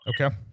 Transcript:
Okay